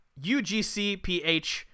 UGCPH